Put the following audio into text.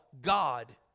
God